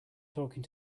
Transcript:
talking